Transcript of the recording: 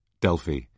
Delphi